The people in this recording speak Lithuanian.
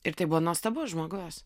ir tai buvo nuostabus žmogus